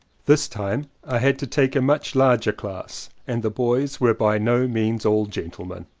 this time i had to take a much larger class and the boys were by no means all gentlemen,